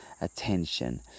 attention